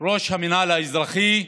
ראש המינהל האזרחי,